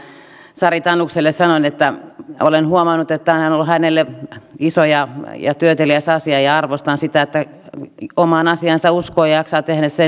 sari tanukselle sanon että olen huomannut että tämä on ollut hänelle iso ja työteliäs asia ja arvostan sitä että omaan asiaansa uskoo ja jaksaa tehdä sen edestä työtä